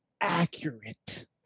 accurate